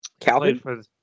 Calvin